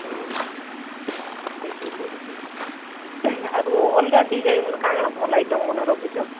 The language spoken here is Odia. ହଁ ହଁ ଏ କି କହିଲି ଯେ ଆରୁ ଅଲଗା ଡିଜାଇନ୍ ମାନେ କାଣ କାଣ ଭଲ୍ ଆଇଟମ୍ମାନେ ରଖିଛ